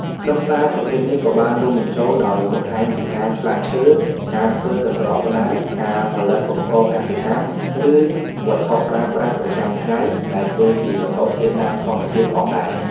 ខ្លឹមសារប្រភេទនេះក៏បានរួមបញ្ចូលដោយបង្ហាញពីការ ឆ្លាក់ឈើ ការធ្វើកន្ត្រកផ្តៅ ការផលិតឧបករណ៍កសិកម្ម ឬ វត្ថុប្រើប្រាស់ប្រចាំថ្ងៃដែលធ្វើពីវត្ថុធាតុដើមធម្មជាតិផងដែរ។